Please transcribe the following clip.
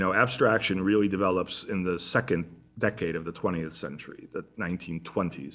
so abstraction really develops in the second decade of the twentieth century, the nineteen twenty s.